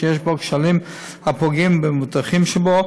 שיש בהם כשלים הפוגעים במבוטחים בהם,